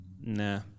Nah